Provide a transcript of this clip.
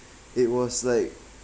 it was like